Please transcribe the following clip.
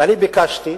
ואני ביקשתי.